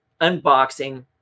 unboxing